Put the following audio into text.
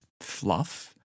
fluff